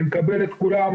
אני מקבל את כולם,